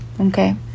Okay